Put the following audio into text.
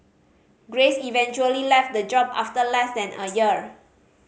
grace eventually left the job after less than a year